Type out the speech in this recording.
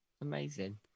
Amazing